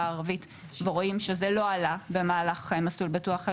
הערבית ורואים שזה לא עלה במהלך ׳מסלול בטוח׳,